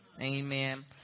amen